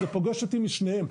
זה פוגש אותי משניהם.